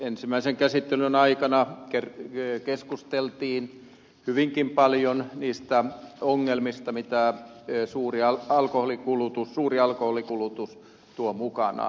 ensimmäisen käsittelyn aikana keskusteltiin hyvinkin paljon niistä ongelmista mitä suuri alkoholin kulutus tuo mukanaan